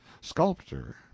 sculptor